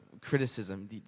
criticism